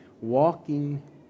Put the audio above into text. walking